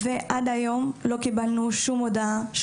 ועד היום לא קיבלנו שום הודעה,